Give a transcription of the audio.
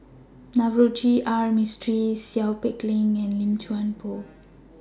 Navroji R Mistri Seow Peck Leng and Lim Chuan Poh